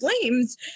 flames